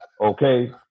Okay